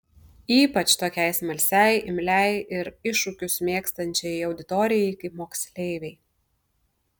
ypač tokiai smalsiai imliai ir iššūkius mėgstančiai auditorijai kaip moksleiviai